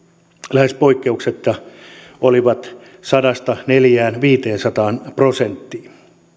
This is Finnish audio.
lähes poikkeuksetta olivat sadasta neljään viiteen sataan prosenttiin